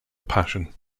passion